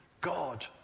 God